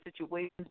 situations